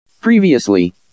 Previously